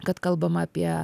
kad kalbama apie